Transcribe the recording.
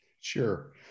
Sure